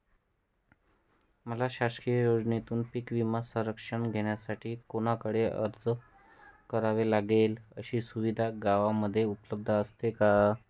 मला शासकीय योजनेतून पीक विमा संरक्षण घेण्यासाठी कुणाकडे अर्ज करावा लागेल? अशी सुविधा गावामध्ये उपलब्ध असते का?